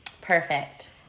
Perfect